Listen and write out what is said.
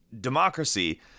democracy